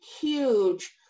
huge